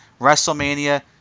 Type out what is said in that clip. WrestleMania